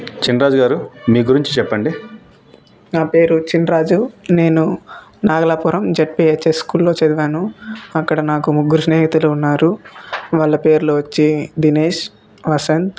చిన్నరాజు గారు మీ గురించి చెప్పండి నా పేరు చిన్నరాజు నేను నాగలాపురం జెడ్పీహెచ్ఎస్ స్కూల్లో చదివాను అక్కడ నాకు ముగ్గురు స్నేహితులు ఉన్నారు వాళ్ళ పేర్లు వచ్చి దినేష్ వసంత్